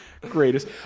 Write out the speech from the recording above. Greatest